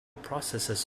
processes